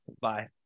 Bye